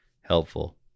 helpful